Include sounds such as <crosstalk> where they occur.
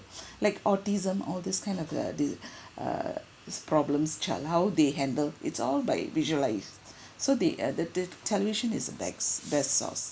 <breath> like autism all this kind of a di~ <breath> err it's problems child how they handle it's all by visualised so they uh the the television is the best best source